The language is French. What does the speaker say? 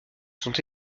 sont